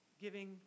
giving